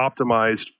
optimized